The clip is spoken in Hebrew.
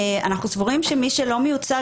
אנחנו סבורים שמי שלא מיוצג,